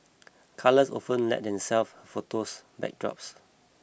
colours often lend themselves photos as backdrops